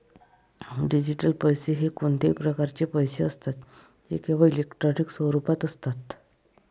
digital पैसे हे कोणत्याही प्रकारचे पैसे असतात जे केवळ इलेक्ट्रॉनिक स्वरूपात असतात